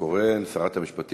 ועדת צמח,